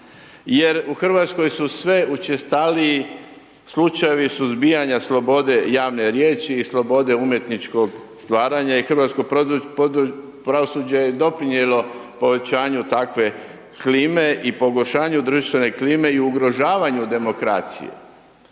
jer u RH su sve učestaliji slučajevi suzbijanja slobode javne riječi i slobode umjetničkog stvaranja i hrvatsko pravosuđe je doprinijelo povećanju takve klime i pogoršanju društvene klime i ugrožavanju demokracije.